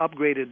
upgraded